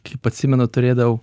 kaip atsimenu turėdavau